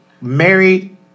married